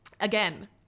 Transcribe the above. again